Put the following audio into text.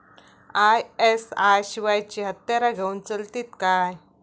ISI शिवायची हत्यारा घेऊन चलतीत काय?